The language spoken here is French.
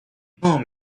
non